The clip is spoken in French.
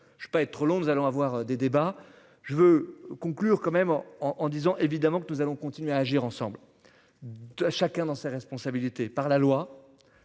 Je veux pas être trop long, nous allons avoir des débats je veux conclure quand même en en en disant évidemment que nous allons continuer à agir ensemble de chacun dans ses responsabilités par la loi.